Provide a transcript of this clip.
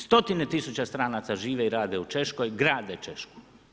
Stotine tisuća stranaca žive i rade u Češkoj, grade Češku.